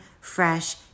fresh